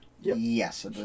Yes